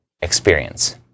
experience